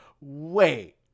wait